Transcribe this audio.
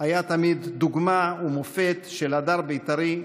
היה תמיד דוגמה ומופת של הדר בית"רי,